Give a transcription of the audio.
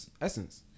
Essence